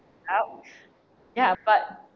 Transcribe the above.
about ya but